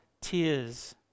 tears